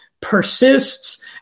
persists